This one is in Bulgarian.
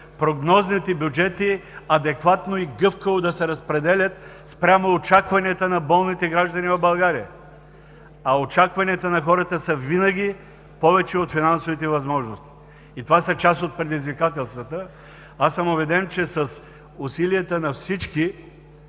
прогнозните бюджети адекватно и гъвкаво да се разпределят спрямо очакванията на болните граждани в България. Очакванията на хората винаги са повече от финансовите възможности. Това е част от предизвикателствата. Убеден съм, че с усилията на всички